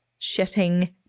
shitting